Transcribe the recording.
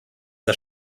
der